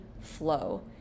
flow